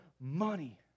money